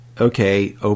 okay